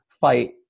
fight